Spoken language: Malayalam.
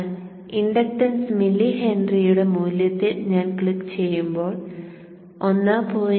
അതിനാൽ ഇൻഡക്ടൻസ് മില്ലി ഹെൻറിയുടെ മൂല്യത്തിൽ ഞാൻ ക്ലിക്ക് ചെയ്യുമ്പോൾ 1